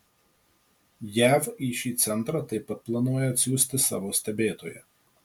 jav į šį centrą taip pat planuoja atsiųsti savo stebėtoją